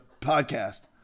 podcast